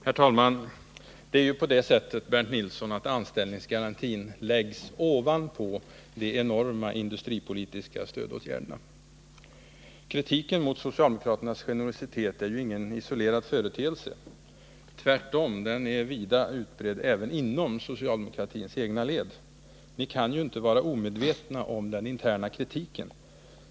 Herr talman! Anställningsgarantin läggs, Bernt Nilsson, ovanpå de enorma industripolitiska stödåtgärderna. Kritiken mot socialdemokraternas generositet är ingen isolerad företeelse. Tvärtom är den vida utbredd även inom socialdemokratins egna led. Ni kan inte vara omedvetna om den interna kritiken.